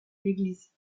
l’église